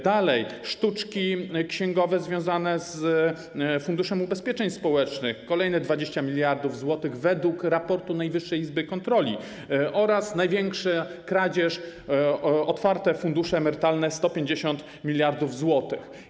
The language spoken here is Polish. Dalej: sztuczki księgowe związane z Funduszem Ubezpieczeń Społecznych - kolejne 20 mld zł według raportu Najwyższej Izby Kontroli - oraz największa kradzież: otwarte fundusze emerytalne - 150 mld zł.